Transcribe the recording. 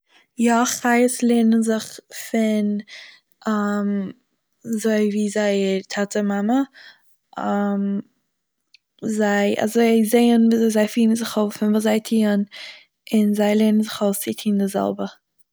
יא חיות לערנען זיך פון אזוי ווי זייער טאטע מאמע זיי אזוי זיי זעהן ווי אזוי זיי פירן זיך אויף און וואס זיי טוהן און זיי לערנען זיך אויס צו טוהן די זעלבע.